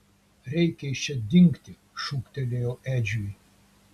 reikia iš čia dingti šūktelėjau edžiui